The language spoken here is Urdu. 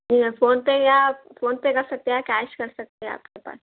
جی ہاں فون پے یا فون پے کر سکتے ہیں یا کیش کر سکتے ہیں آپ کے پاس